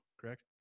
correct